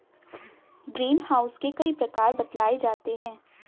green house के कई प्रकार बतलाए जाते हैं